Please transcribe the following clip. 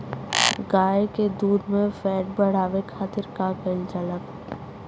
गाय के दूध में फैट बढ़ावे खातिर का कइल जाला?